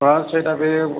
ହଁ ସେଇଟା ବି